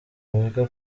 wiga